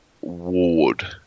Ward